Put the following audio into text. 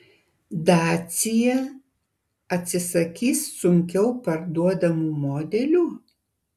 dacia atsisakys sunkiau parduodamų modelių